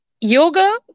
Yoga